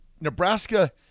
Nebraska